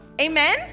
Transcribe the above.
Amen